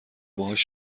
باهاش